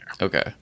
Okay